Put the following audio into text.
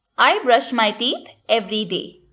i brush my teeth every day.